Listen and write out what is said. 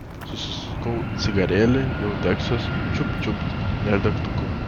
susisukau cigarėlį jau degsiuos čiupt čiupt nėr degtukų